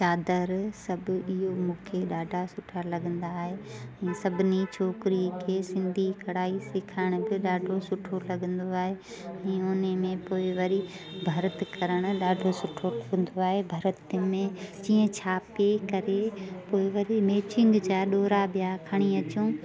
चादर सभु इहो मूंखे ॾाढा सुठा लॻंदा आहिनि इहो मूं सभिनी छोकिरीअ खे सिंधी कढ़ाई सेखारण जो ॾाढो सुठो लॻंदो आहे ईअं उन्हीअ में पोइ वरी भर्त करणु ॾाढो सुठो थींदो आहे भर्त करण में ईअं छापे करे पोइ वरी मैचिंग जा ॾोरा ॿिया खणी अचूं